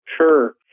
Sure